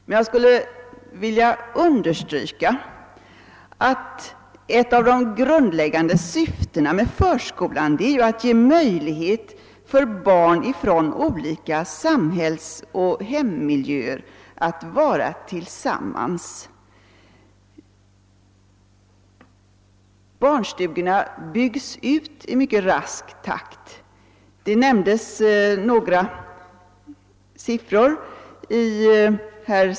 Men jag skulle vilja understryka att ett av de grundläggande syftena med förskolan är att ge möjlighet för barn från olika samhällsoch hemmiljöer att vara tillsammans. Barnstugorna byggs ut i mycket rask takt. Herr Sellgren nämnde några siffror.